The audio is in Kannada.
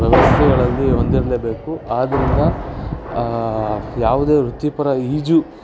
ವ್ಯವಸ್ಥೆಗಳಲ್ಲಿ ಹೊಂದಿರಲೇಬೇಕು ಆದ್ದರಿಂದ ಯಾವುದೇ ವೃತ್ತಿಪರ ಈಜು